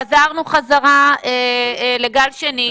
חזרנו חזרה לגל שני,